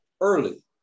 early